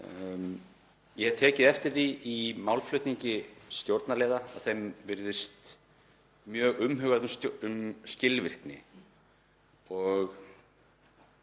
Ég hef tekið eftir því í málflutningi stjórnarliða að þeim virðist mjög umhugað um skilvirkni.